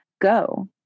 go